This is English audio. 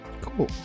Cool